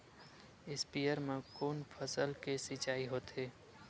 स्पीयर म कोन फसल के सिंचाई होथे?